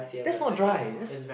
that's not dry that's